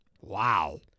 Wow